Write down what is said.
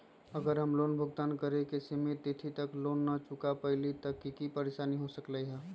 अगर हम लोन भुगतान करे के सिमित तिथि तक लोन न चुका पईली त की की परेशानी हो सकलई ह?